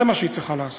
זה מה שהיא צריכה לעשות.